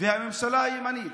והממשלה היא ימנית.